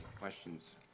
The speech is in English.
questions